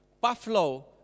Buffalo